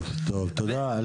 טוב, תודה.